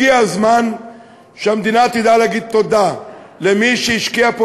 הגיע הזמן שהמדינה תדע להגיד תודה למי שהשקיע פה